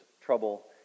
trouble